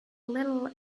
little